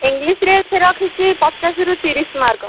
English ରେ ସେ ରଖିଛି ପଚାଶରୁ ତିରିଶି ମାର୍କ